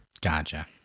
Gotcha